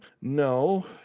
No